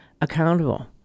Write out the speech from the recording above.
accountable